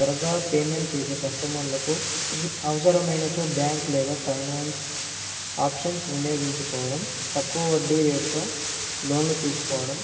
త్వరగా పేమెంట్ చేసే కస్టమర్లకు అవసరమైనచో బ్యాంక్ లేదా ఫైనాన్స్ ఆప్షన్స్ వినియోగించుకోవడం తక్కువ వడ్డీ రేటుతో లోన్లు తీసుకోవడం